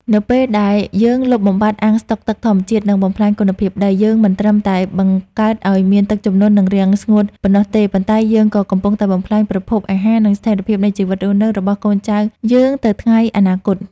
នៅពេលដែលយើងលុបបំបាត់អាងស្តុកទឹកធម្មជាតិ និងបំផ្លាញគុណភាពដី យើងមិនត្រឹមតែបង្កើតឱ្យមានទឹកជំនន់ និងរាំងស្ងួតប៉ុណ្ណោះទេ ប៉ុន្តែយើងក៏កំពុងតែបំផ្លាញប្រភពអាហារ និងស្ថិរភាពនៃជីវិតរស់នៅរបស់កូនចៅយើងទៅថ្ងៃអនាគត។